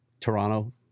Toronto